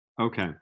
okay